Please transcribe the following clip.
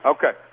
Okay